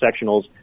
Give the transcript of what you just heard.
sectionals